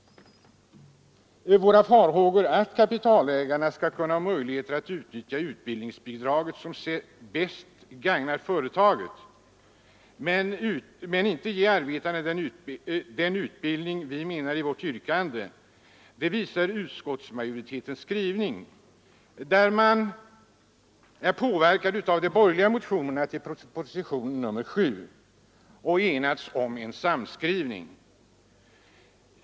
Våra farhågor att kapitalägarna skall kunna utnyttja utbildningsbidraget på sätt som bäst gagnar företaget men inte ge arbetarna den utbildning vi avser i vårt yrkande bekräftas av utskottsmajoritetens skrivning, där man är påverkad av de borgerliga motionerna i anledning av propositionen 7 och har enats om en samskrivning.